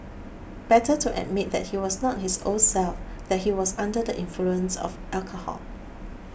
better to admit that he was not his old self that he was under the influence of alcohol